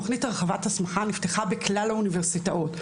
תכנית הרחבת הסמכה נפתחה בכלל האוניברסיטאות,